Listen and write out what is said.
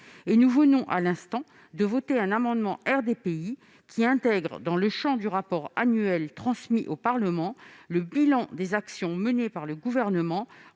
que nous venons de voter un amendement du groupe RDPI, qui intègre dans le champ du rapport annuel transmis au Parlement le bilan des actions menées par le Gouvernement